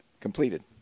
completed